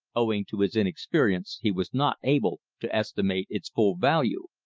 owing to his inexperience, he was not able to estimate its full value.